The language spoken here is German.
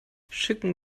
schicken